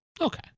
Okay